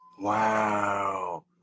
wow